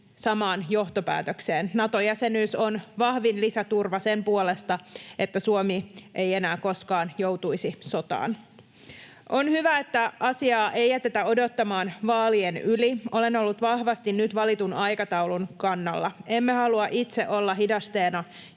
samaan johtopäätökseen. Nato-jäsenyys on vahvin lisäturva sen puolesta, että Suomi ei enää koskaan joutuisi sotaan. On hyvä, että asiaa ei jätetä odottamaan vaalien yli. Olen ollut vahvasti nyt valitun aikataulun kannalla. Emme halua itse olla hidasteena